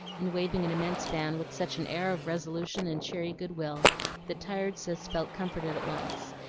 and waving an immense fan with such an air of resolution and cheery good-will that tired cis felt comforted at once,